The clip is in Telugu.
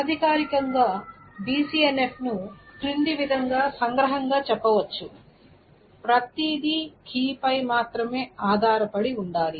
అనధికారికంగా BCNF ను క్రింది విధంగా సంగ్రహంగా చెప్పవచ్చు ప్రతిదీ కీపై మాత్రమే ఆధారపడి ఉండాలి